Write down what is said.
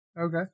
Okay